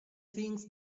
things